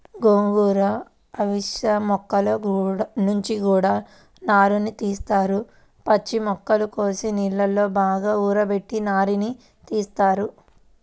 గోంగూర, అవిశ మొక్కల నుంచి గూడా నారని తీత్తారు, పచ్చి మొక్కల్ని కోసి నీళ్ళలో బాగా ఊరబెట్టి నారని తీత్తారు